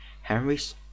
Henry's